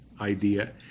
idea